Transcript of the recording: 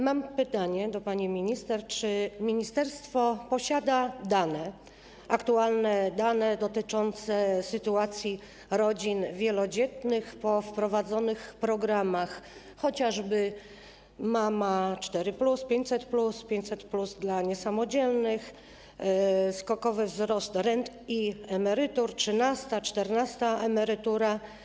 Mam pytanie do pani minister: Czy ministerstwo posiada dane, aktualne dane dotyczące sytuacji rodzin wielodzietnych po wprowadzonych programach, chociażby „Mama 4+”, 500+, 500+ dla niesamodzielnych, skokowy wzrost rent i emerytur, 13., 14. emerytura.